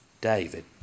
David